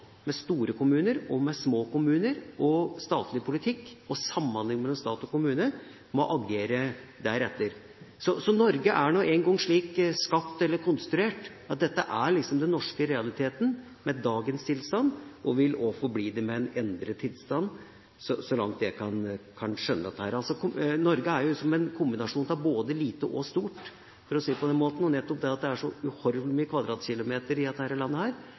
med store kommuner og små kommuner, statlig politikk og samhandling mellom stat og kommune, og man må agere deretter. Norge er engang slik konstruert at dette er den norske realiteten med dagens tilstand, og den vil forbli slik med en endret tilstand, så langt jeg kan skjønne dette. Norge er på en måte en kombinasjon av både lite og stort, for å si det på den måten. Nettopp at det er så uhorvelig med kvadratkilometer i dette landet, med spredt bosetting i deler av det,